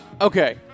Okay